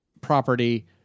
property